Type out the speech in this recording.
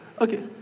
Okay